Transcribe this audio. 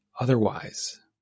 otherwise